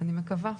אני מקווה.